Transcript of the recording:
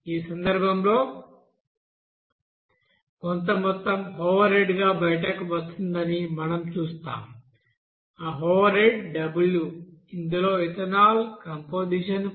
ఈ సందర్భంలో కొంత మొత్తం ఓవర్హెడ్గా బయటకు వస్తుందని మనం చూస్తాము ఆ ఓవర్హెడ్ w ఇందులో ఇథనాల్ కంపొజిషన్ 5